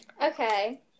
Okay